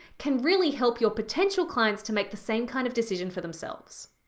can really help your potential clients to make the same kind of decision for themselves.